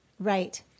right